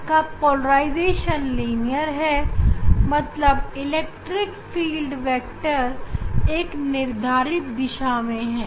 इनका polarization linear है मतलब इलेक्ट्रिक फ़ील्ड वेक्टर एक निर्धारित दिशा में ही है